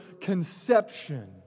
conception